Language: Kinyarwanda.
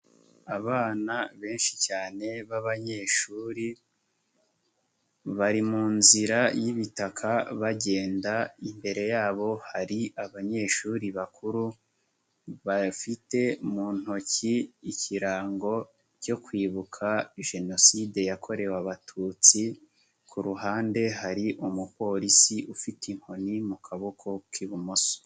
Abana benshi cyane b'abanyeshuri, bari mu nzira y'ibitaka bagenda imbere yabo hari abanyeshuri bakuru, bafite mu ntoki ikirango cyo kwibuka Jenoside yakorewe abatutsi, ku ruhande hari umupolisi ufite inkoni mu kaboko k'ibumoso.